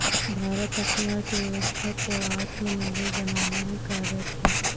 भारत अपनी अर्थव्यवस्था को आत्मनिर्भर बनाने में कार्यरत है